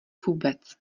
vůbec